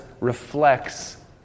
reflects